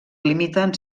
limiten